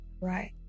right